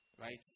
right